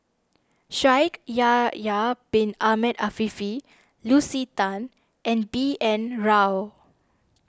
Shaikh Yahya Bin Ahmed Afifi Lucy Tan and B N Rao